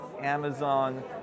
Amazon